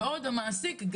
ועוד המעסיק,